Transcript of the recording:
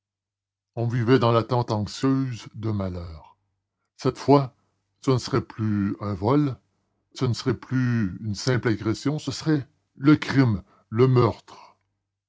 on vivait dans l'attente anxieuse d'un malheur cette fois ce ne serait plus un vol ce ne serait plus une simple agression ce serait le crime le meurtre